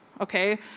okay